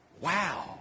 Wow